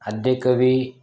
आद्य कवी